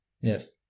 Yes